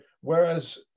whereas